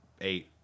eight